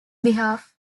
behalf